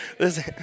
Listen